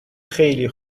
خیلی